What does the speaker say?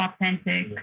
authentic